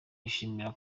yishimira